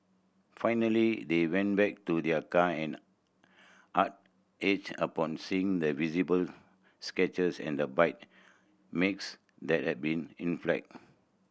finally they went back to their car and heart ached upon seeing the visible scratches and bite makes that had been inflicted